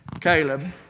Caleb